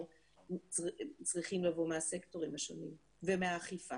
צריכים לבוא מהסקטורים השונים ומהאכיפה.